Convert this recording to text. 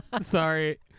Sorry